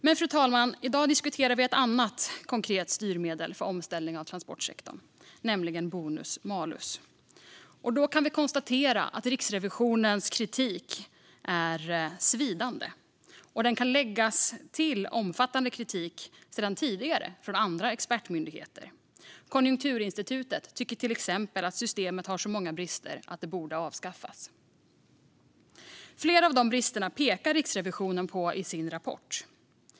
Men, fru talman, i dag diskuterar vi ett annat konkret styrmedel för omställning av transportsektorn, nämligen bonus-malus. Vi kan konstatera att Riksrevisionens kritik är svidande. Den kan läggas till omfattande tidigare kritik från andra expertmyndigheter. Konjunkturinstitutet tycker till exempel att systemet har så många brister att det borde avskaffas. Flera av dessa brister pekar Riksrevisionen på i sin rapport.